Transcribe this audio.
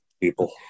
people